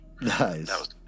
Nice